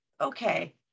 okay